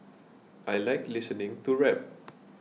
I like listening to rap